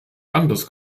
anders